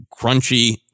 crunchy